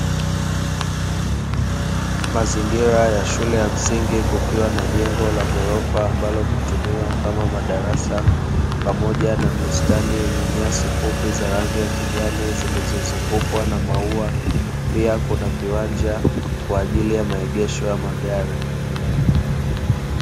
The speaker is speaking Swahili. Mazingira ya shule ya msingi kukiwa na jengo la ghorofa, ambalo hutumiwa kama madarasa, pamoja na bustani yenye nyasi fupi za rangi ya kijani zilizozungukwa na maua; pia kuna viwanja kwa ajili ya maegesho ya magari.